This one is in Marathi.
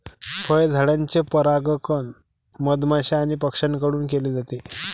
फळझाडांचे परागण मधमाश्या आणि पक्ष्यांकडून केले जाते